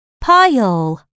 pile